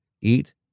eat